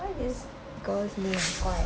why this girl's name 很怪